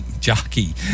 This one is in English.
jockey